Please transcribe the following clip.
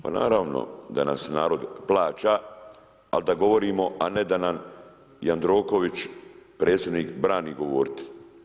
Pa naravno da nas narod plaća, ali da govorimo, a ne da nam Jandroković, predsjednik brani govoriti.